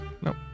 no